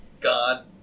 god